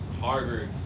Harvard